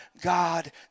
God